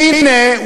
והנה,